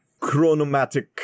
chronomatic